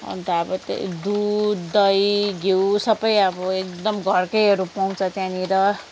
अन्त अब त्यही दुध दही घिउ सबै अब एकदम घरकैहरू पाउँछ त्यहाँनिर